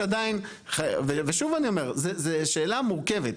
ושוב אני אומר, זו שאלה מורכבת.